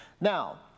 Now